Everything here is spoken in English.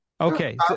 Okay